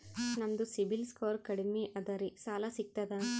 ನಮ್ದು CIBIL score ಕಡಿಮಿ ಅದರಿ ಸಾಲಾ ಸಿಗ್ತದ?